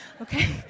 Okay